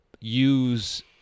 use